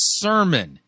sermon